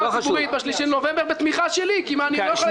אנחנו לא צריכים להגיש אותן כמקשה אחת, כי הן לא.